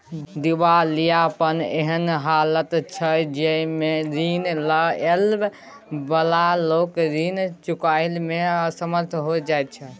दिवालियापन एहन हालत छइ जइमे रीन लइ बला लोक रीन चुकाबइ में असमर्थ हो जाइ छै